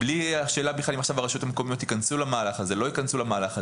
בלי השאלה אם הרשויות המקומיות ייכנסו למהלך הזה או לא ייכנסו למהלך,